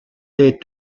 des